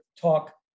talk